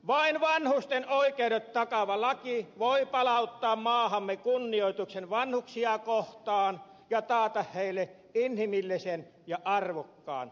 vain vanhusten oikeudet takaava laki voi palauttaa maahamme kunnioituksen vanhuksia kohtaan ja taata heille inhimillisen ja arvokkaan vanhuuden